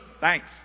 Thanks